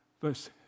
verse